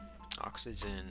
oxygen